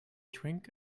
drink